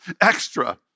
extra